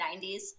90s